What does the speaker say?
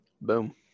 Boom